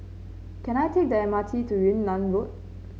can I take the M R T to Yunnan Road